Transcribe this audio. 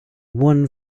one